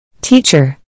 Teacher